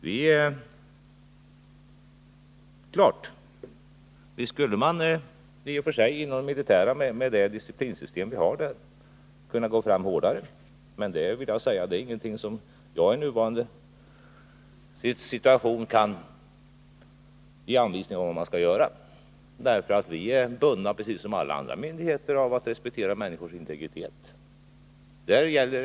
Självfallet skulle man i och för sig inom det militära med det disciplinsystem som där finns kunna gå fram hårdare. Men det är ingenting som jag i nuvarande situation kan ge anvisningar om. Vi inom försvaret är precis som alla andra myndigheter bundna av att respektera människors integritet.